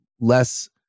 less